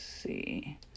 see